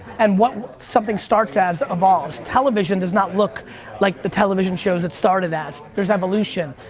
and what something starts as evolves. television does not look like the television shows it started as. there's evolution.